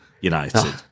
United